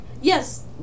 yes